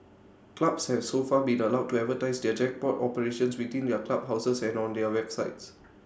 clubs have so far been allowed to advertise their jackpot operations within their clubhouses and on their websites